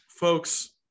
Folks